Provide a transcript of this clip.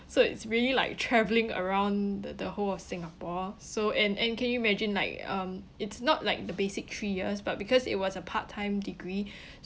so it's really like travelling around the the whole of singapore so and and can you imagine like um it's not like the basic three years but because it was a part time degree